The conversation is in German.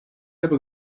habe